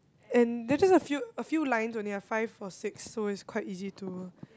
and there's just a few a few lines only ah five or six so it's quite easy to